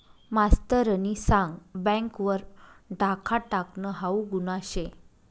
मास्तरनी सांग बँक वर डाखा टाकनं हाऊ गुन्हा शे